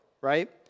Right